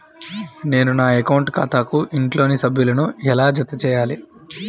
నేను నా అకౌంట్ ఖాతాకు ఇంట్లోని సభ్యులను ఎలా జతచేయాలి?